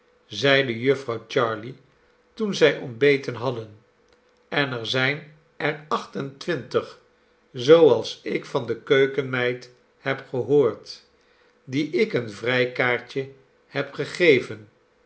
zeide jufvrouw jarley toen zij ontbeten hadden en er zijn er acht en twintig zooals ik van de keukenmeid heb gehoord die ik een vrijkaartje heb gegeven